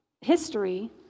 history